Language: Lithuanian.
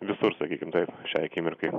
visur sakykim taip šiai akimirkai